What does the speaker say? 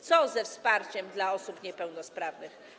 Co ze wsparciem dla osób niepełnosprawnych?